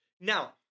Now